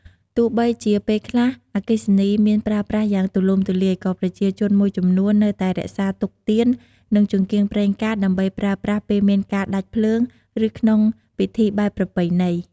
ទោះបីជាពេលនេះអគ្គិសនីមានប្រើប្រាស់យ៉ាងទូលំទូលាយ ក៏ប្រជាជនមួយចំនួននៅតែរក្សាទុកទៀន និងចង្កៀងប្រេងកាត ដើម្បីប្រើប្រាស់ពេលមានការដាច់ភ្លើង ឬក្នុងពិធីបែបប្រពៃណី ។